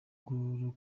twa